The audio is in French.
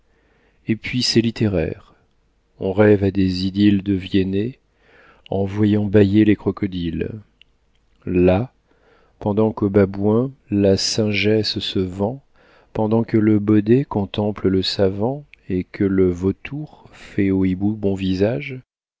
et puis c'est littéraire on rêve à des idylles de viennet en voyant bâiller les crocodiles là pendant qu'au babouin la singesse se vend pendant que le baudet contemple le savant et que le vautour fait au hibou bon visage